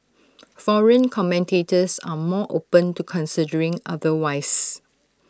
foreign commentators are more open to considering otherwise